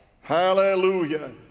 Hallelujah